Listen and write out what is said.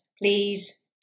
please